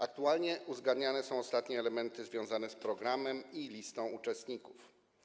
Aktualnie uzgadniane są ostatnie elementy związane z programem i listą uczestników.